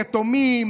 יתומים,